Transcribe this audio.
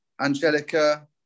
Angelica